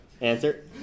Answer